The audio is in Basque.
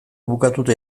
bukatua